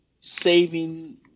saving